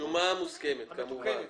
השומה המוסכמת, כמובן.